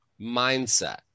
mindset